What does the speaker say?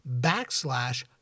backslash